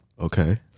Okay